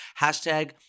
Hashtag